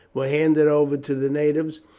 were handed over to the natives,